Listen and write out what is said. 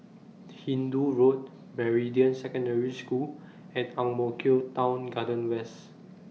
Hindoo Road Meridian Secondary School and Ang Mo Kio Town Garden West